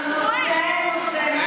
כן,